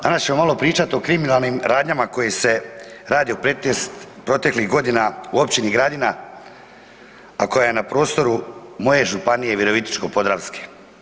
Danas ćemo malo pričati o kriminalnim radnjama koje se rade proteklih godina u općini Gradina a koja je na prostoru moje županije Virovitičko-podravske.